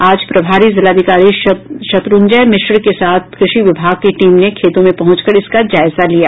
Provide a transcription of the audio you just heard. आज प्रभारी जिलाधिकारी शत्रुंजय मिश्र के साथ कृषि विभाग की टीम ने खेतों में पहुंचकर इसका जायजा लिया